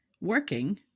working